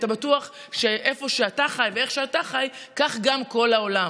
אתה בטוח שאיפה שאתה חי ואיך שאתה חי כך גם כל העולם.